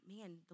man